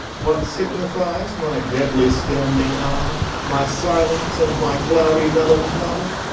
what signifies my deadly-standing eye, my silence and my cloudy melancholy,